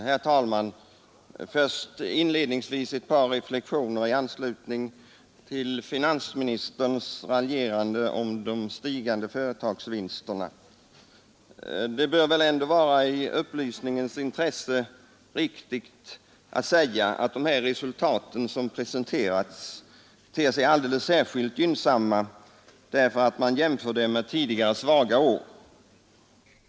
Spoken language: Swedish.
Herr talman! Inledningsvis ett par reflexioner i anslutning till finansministerns raljerande om de stigande företagsvinsterna. Det bör väl ändå i upplysningens intresse vara riktigt att säga att de resultat som presente ter sig alldeles särskilt gynnsamma, därför att man jämför dem med tidigare svaga år.